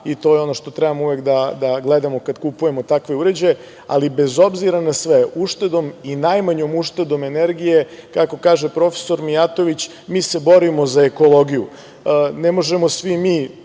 To je ono što treba uvek da gledamo kad kupujemo takve uređaje, ali bez obzira na sve, uštedom i najmanjom uštedom energije, kako kaže prof. Mijatović, mi se borimo za ekologiju. Ne možemo svi mi,